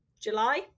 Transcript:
July